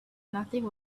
nothing